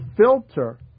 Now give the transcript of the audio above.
filter